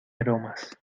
aromas